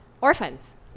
orphans